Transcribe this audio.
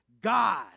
God